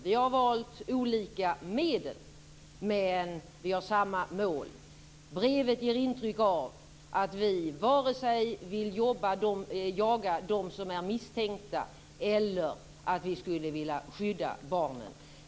Vi har valt olika medel, men vi har samma mål. Brevet ger intryck av att vi varken vill jaga dem som är misstänkta eller skydda barnen.